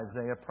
Isaiah